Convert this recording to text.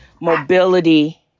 mobility